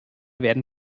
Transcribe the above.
werden